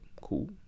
cool